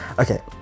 Okay